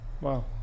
Wow